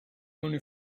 only